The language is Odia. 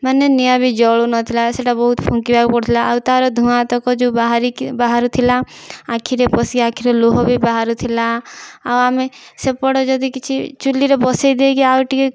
ମାନେ ନିଆଁ ବି ଜଳୁନଥିଲା ସେଇଟା ବହୁତ ଫୁଙ୍କିବାକୁ ପଡୁଥିଲା ଆଉ ତାର ଧୂଆଁ ତକ ଯେଉଁ ବାହରିକି ବାହାରୁଥିଲା ଆଖିରେ ପଶି ଆଖିରୁ ଲୁହ ବି ବାହାରୁଥିଲା ଆଉ ଆମେ ସେପଟେ ଯଦି କିଛି ଚୁଲିରେ ବସେଇ ଦେଇକି ଆଉ ଟିକେ